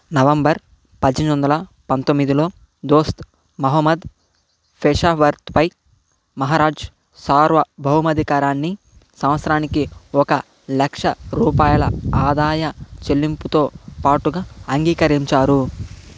November పద్దెనిమిది వందల పంతొమ్మిదిలో దోస్త్ మహమ్మద్ పెషావర్పై మహారాజ్ సార్వభౌమ అధికారాన్ని సంవత్సరానికి ఒక లక్ష రూపాయల ఆదాయ చెల్లింపుతో పాటుగా అంగీకరించారు